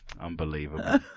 Unbelievable